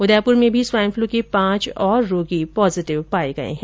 उदयपुर में भी swine flu के पांच और रोगी पोजिटिव पाये गये है